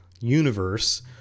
universe